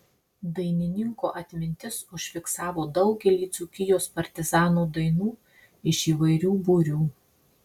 dainininko atmintis užfiksavo daugelį dzūkijos partizanų dainų iš įvairių būrių